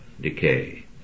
decay